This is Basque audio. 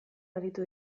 aritu